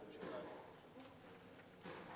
בשם ועדת החוקה,